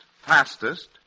fastest